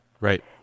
right